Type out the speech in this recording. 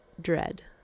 dread